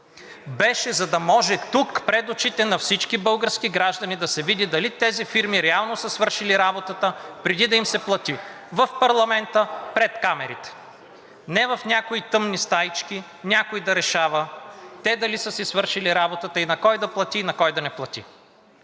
беше, за да може тук пред очите на всички български граждани да се види дали тези фирми реално са свършили работата си, преди да им се плати – в парламента, пред камерите, а не в някои тъмни стаички някой да решава те дали са си свършили работата, на кой да плати и на кой да не плати.